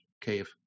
cave